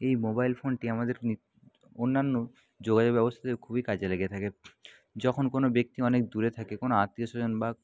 এই মোবাইল ফোনটি আমাদের অন্যান্য যোগাযোগ ব্যবস্থাতে খুবই কাজে লেগে থাকে যখন কোনো ব্যক্তি অনেক দূরে থাকে কোনো আত্মীয় স্বজন বা